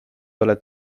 oled